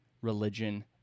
religion